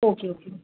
okay okay